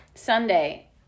Sunday